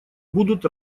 будут